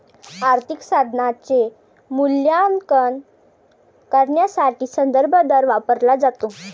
आर्थिक साधनाचे मूल्यांकन करण्यासाठी संदर्भ दर वापरला जातो